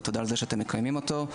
ותודה שאתם מקיימים אותו,